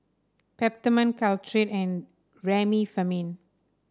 Peptamen Caltrate and Remifemin